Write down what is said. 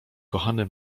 kochany